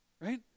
right